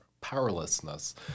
powerlessness